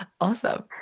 Awesome